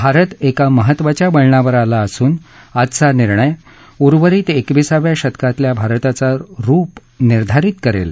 भारत हा एका महत्वाच्या वळणावर आला असून आजचा निर्णय उर्वरित एकविसाव्या शतकातल्या भारताचं रुप निर्धारित करेल